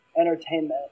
Entertainment